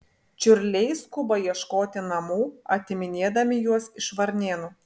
čiurliai skuba ieškoti namų atiminėdami juos iš varnėnų